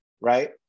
right